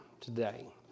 today